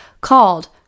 called